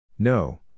No